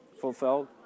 fulfilled